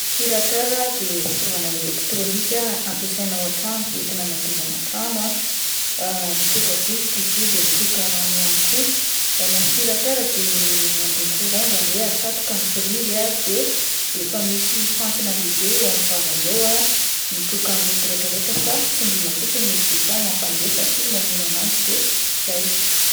Aspiratera dia fitaovana elektrônika ampiasaina ao an-trano, entina hanadiovana trano ah, mitroka vovoka izy io de mitroka rano ihany koa ,ny aspiratera dia mandeha courant izany hoe atsatoka ny prizy ah de efa misy fantsona lehibe eo amn'ny vavany eo ah mitroka ny loto retraretra fa tsindriana fotsiny ilay boutton mampandefa sy mamono an'azy de zay.